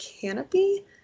canopy